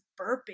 burping